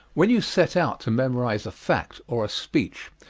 when you set out to memorize a fact or a speech,